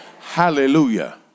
Hallelujah